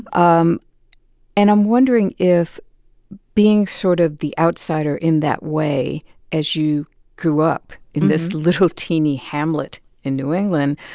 um and i'm wondering if being sort of the outsider in that way as you grew up in this little teeny hamlet in new england